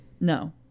No